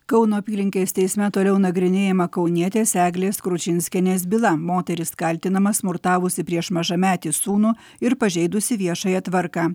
kauno apylinkės teisme toliau nagrinėjama kaunietės eglės kručinskienės byla moteris kaltinama smurtavusi prieš mažametį sūnų ir pažeidusi viešąją tvarką